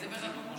זה ברבים.